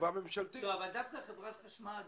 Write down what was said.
חברה ממשלתית -- דווקא חברת חשמל,